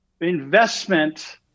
investment